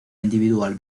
individual